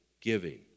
giving